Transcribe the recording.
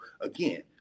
Again